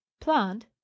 Plant